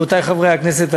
רבותי חברי הכנסת,